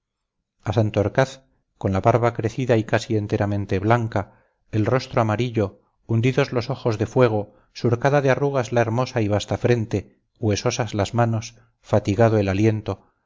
a santorcaz con la barba crecida y casi enteramente blanca el rostro amarillo hundidos los ojos de fuego surcada de arrugas la hermosa y vasta frente huesosas las manos fatigado el aliento